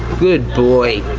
good boy!